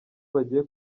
bagiye